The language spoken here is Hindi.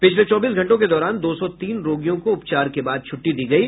पिछले चौबीस घंटों के दौरान दो सौ तीन रोगियों को उपचार के बाद छुट्टी दी गयी